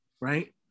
right